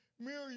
Miriam